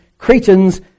Cretans